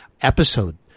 episode